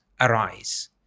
arise